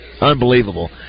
Unbelievable